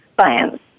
science